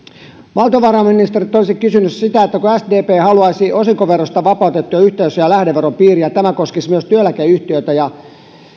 valtiovarainministeriltä olisin kysynyt siitä kun sdp haluaisi osinkoverosta vapautettuja yhteisöjä lähdeveron piiriin ja tämä koskisi myös työeläkeyhtiöitä ja